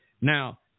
Now